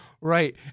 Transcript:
Right